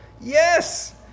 Yes